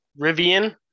rivian